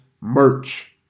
merch